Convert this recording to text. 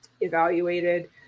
evaluated